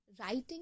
writing